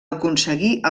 aconseguir